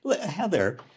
Heather